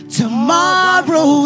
tomorrow